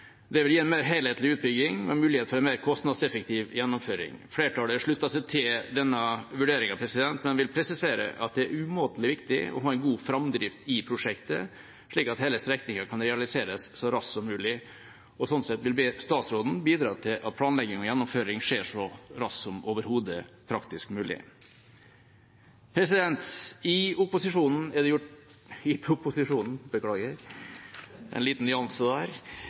Det vil gi en mer helhetlig utbygging med mulighet for en mer kostnadseffektiv gjennomføring. Flertallet slutter seg til denne vurderingen, men vil presisere at det er umåtelig viktig å ha en god framdrift i prosjektet, slik at hele strekningen kan realiseres så raskt som mulig. Slik sett vil vi be statsråden bidra til at planlegging og gjennomføring skjer så raskt som overhodet praktisk mulig. I opposisjonen … i proposisjonen, beklager – en liten nyanse der